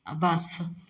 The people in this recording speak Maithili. आओर बस